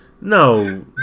no